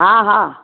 हा हा